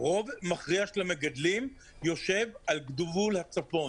רוב מכריע של המגדלים יושב על גבול הצפון.